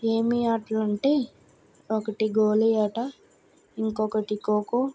ఏమీ ఆటలు అంటే ఒకటి గోళి ఆట ఇంకొకటి కోకో